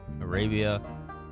Arabia